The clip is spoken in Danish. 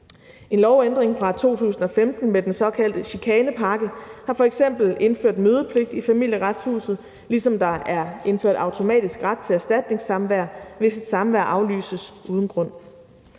En lovændring fra 2015 med den såkaldte chikanepakke har f.eks. indført mødepligt i Familieretshuset, ligesom der er indført automatisk ret til erstatningssamvær, hvis et samvær aflyses uden grund.